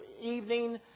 evening